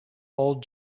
old